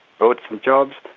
brought some jobs,